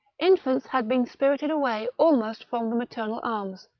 infants had been spirited away almost from the maternal arms,